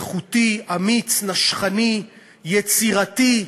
איכותי, אמיץ, נשכני, יצירתי,